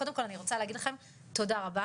קודם כל אני רוצה להגיד לכם תודה רבה,